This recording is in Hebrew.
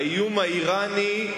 האיום האירני,